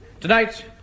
tonight